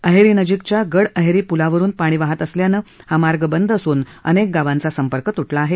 अहेरीनजीकच्या गडअहेरी पुलावरुन पाणी वाहत असल्यानं हा मार्ग बंद असून अनेक गावांचा संपर्क त्टला आहे